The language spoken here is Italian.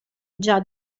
già